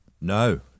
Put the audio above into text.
No